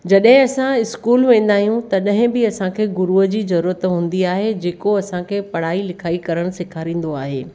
जॾहिं असां इस्कूल वेंदा आहियूं तॾहिं बि असांखे गुरुअ जी ज़रूरत हूंदी आहे जेको असांखे पढ़ाई लिखाई करणु सेखारिंदो आहे